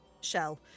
shell